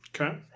Okay